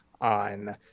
on